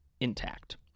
intact